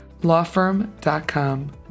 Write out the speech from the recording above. lawfirm.com